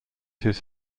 his